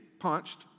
punched